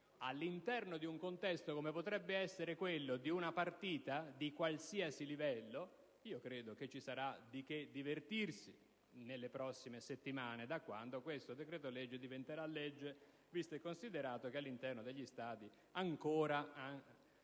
all'interno di un contesto come quello di una partita di qualsiasi livello, ci sarà di che divertirsi nelle prossime settimane, nel momento in cui questo decreto-legge diventerà legge, visto e considerato che all'interno degli stadi ancora